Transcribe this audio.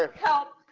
ah help.